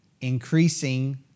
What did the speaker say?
Increasing